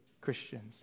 Christians